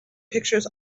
pictures